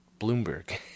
Bloomberg